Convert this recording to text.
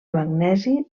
magnesi